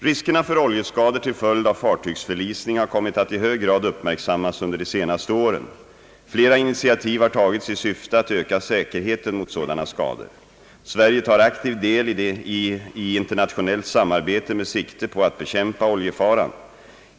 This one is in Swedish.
Riskerna för oljeskador till följd av fartygsförlisning har kommit att i hög grad uppmärksammas under de senaste åren. Flera initiativ har tagits i syfte att öka säkerheten mot sådana skador. Sverige tar aktiv del i internationellt samarbete med sikte på att bekämpa oljefaran.